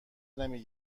نمی